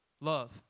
love